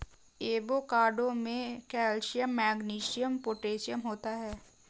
avocado में calcium magnesium potassium होता है